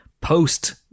post